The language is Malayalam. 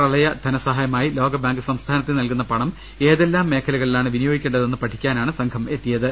പ്രളയ ധനസഹായമായി ലോകബാങ്ക് സംസ്ഥാന ത്തിന് നൽകുന്ന പണം ഏതെല്ലാം മേഖലകളിലാണ് വിനിയോ ഗിക്കേണ്ടതെന്ന് പഠിക്കാനാണ് സംഘം എത്തിയത്